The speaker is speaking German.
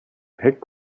heck